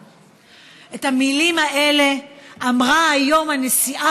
להביא את המשרד הממשלתי אליך, זו הנגשת